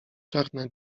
czarna